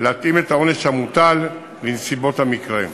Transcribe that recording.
להתאים את העונש המוטל לנסיבות המקרה.